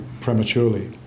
prematurely